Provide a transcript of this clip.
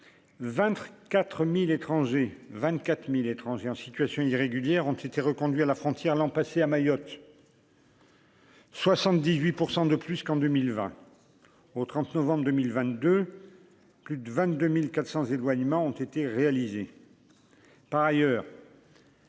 24000 étrangers en situation irrégulière ont été reconduits à la frontière l'an passé à Mayotte. 78 % de plus qu'en 2020 au 30 novembre 2022 plus de 22400 éloignements ont été réalisés